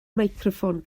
meicroffon